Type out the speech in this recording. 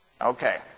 Okay